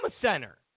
center